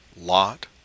Lot